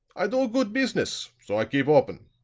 i do business, so i keep open.